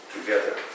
together